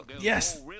Yes